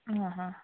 ആ ആ